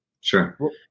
Sure